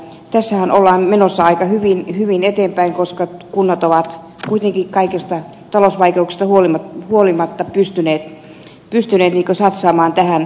tässähän ollaan menossa aika hyvin eteenpäin koska kunnat ovat kuitenkin kaikista talousvaikeuksista huolimatta pystyneet satsaamaan tähän asiaan